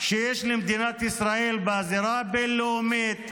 שיש למדינת ישראל בזירה הבין-לאומית,